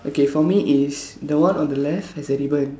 okay for me is the one on the left has a ribbon